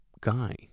guy